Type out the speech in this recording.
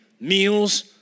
meals